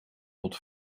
tot